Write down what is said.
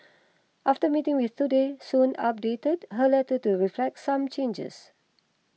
after meeting with Today Soon updated her letter to reflect some changes